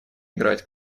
играть